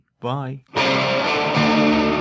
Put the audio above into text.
Bye